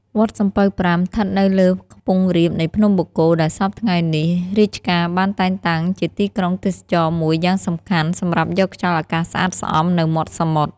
វត្តសំពៅប្រាំ ឋិតនៅលើខ្ពង់រាបនៃភ្នំបូកគោ ដែលសព្វថ្ងៃនេះ រាជការបានតែងតាំងជាទីក្រុងទេសចរណ៍មួយយ៉ាងសំខាន់ សម្រាប់យកខ្យល់អាកាសស្អាតស្អំនៅមាត់សមុទ្រ ។